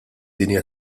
dinja